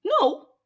No